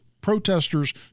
protesters